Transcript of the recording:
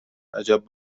عجب